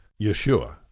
Yeshua